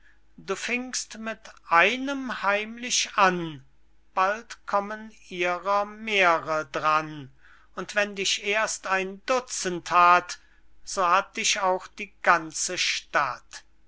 du fingst mit einem heimlich an bald kommen ihrer mehre dran und wenn dich erst ein dutzend hat so hat dich auch die ganze stadt